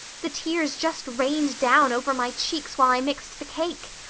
the tears just rained down over my cheeks while i mixed the cake.